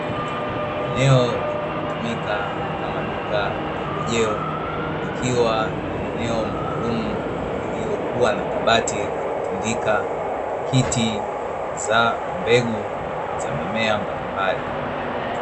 Eneo linalotumika kama duka la pembejeo, likiwa na eneo maalumu lililokuwa na kabati la kutundika pakiti za mbegu za mimea mbalimbali.